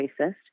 racist